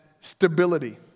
stability